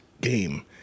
game